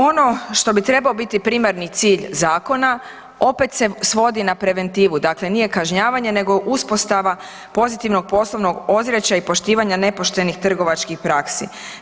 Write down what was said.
Ono što bi trebao biti primarni cilj zakona, opet se svodi na preventivu, dakle nije kažnjavanje nego uspostava pozitivnog poslovnog ozračja i poštivanja nepoštenih trgovačkih praksi.